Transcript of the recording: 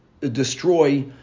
destroy